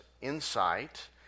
insight